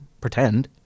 pretend